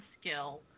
skill